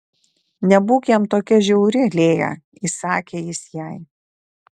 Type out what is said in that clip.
nebūk jam tokia žiauri lėja įsakė jis jai